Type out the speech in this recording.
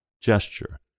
gesture